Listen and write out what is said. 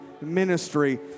ministry